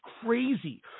crazy